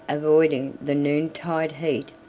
avoiding the noontide heat,